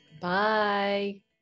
Bye